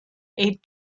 eight